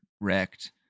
wrecked